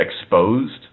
exposed